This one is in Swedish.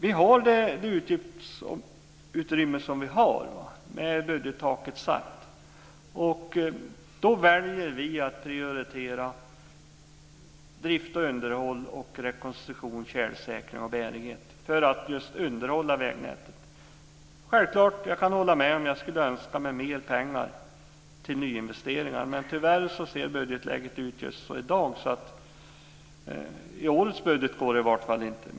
Vi har det utgiftsutrymme som vi har, med budgettaket satt, och då väljer vi att prioritera drift, underhåll och rekonstruktion för tjälsäkring och bärighet för att underhålla vägnätet. Självklart skulle jag önska mig mer pengar till nyinvesteringar, men tyvärr ser budgetläget ut så just i dag att det inte går, i varje fall inte i årets budget.